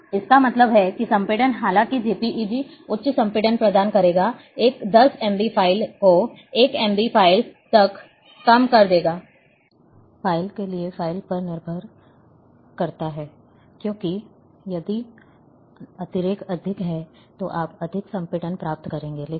इसका मतलब है कि संपीड़न हालांकि जेपीईजी उच्च संपीड़न प्रदान करेगा एक 10 एमबी फ़ाइल को 1 एमबी फ़ाइल तक कम किया जा सकता है फ़ाइल के लिए फ़ाइल पर निर्भर करता है क्योंकि यदि अतिरेक अधिक है तो आप अधिक संपीड़न प्राप्त करेंगे